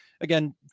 again